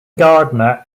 gardner